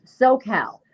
SoCal